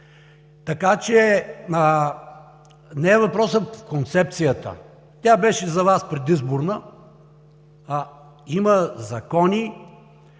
Така че не е въпросът в концепцията. Тя беше за Вас предизборна, а има закони,